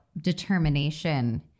determination